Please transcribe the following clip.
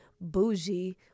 bougie